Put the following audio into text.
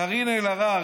קארין אלהרר,